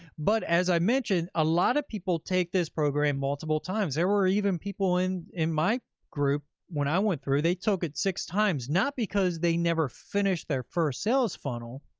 but as i mentioned, a lot of people take this program multiple times. there were even people in in my group when i went through, they took it six times. not because they never finished their first sales funnel,